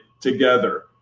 together